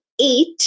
eight